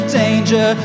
danger